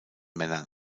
männern